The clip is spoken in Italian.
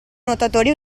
nuotatori